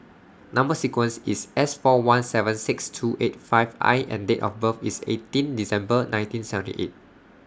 Number sequence IS S four one seven six two eight five I and Date of birth IS eighteen December nineteen seventy eight